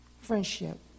Friendship